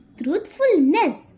truthfulness